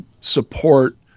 support